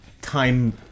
time